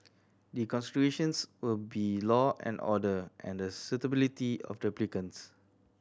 the considerations will be law and order and the suitability of the applicants